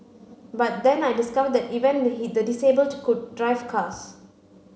but then I discovered that even the the disabled could drive cars